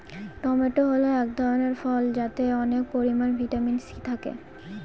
tomato হল এক ধরনের ফল যাতে অনেক পরিমান ভিটামিন সি থাকে